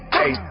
Hey